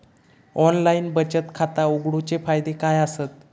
Online बचत खाता उघडूचे फायदे काय आसत?